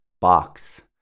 box